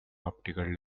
optical